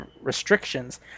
restrictions